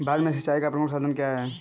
भारत में सिंचाई का प्रमुख साधन क्या है?